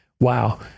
Wow